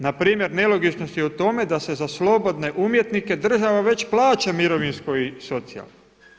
Npr. nelogičnost je u tome da se za slobodne umjetnike država već plaća mirovinsko i socijalno.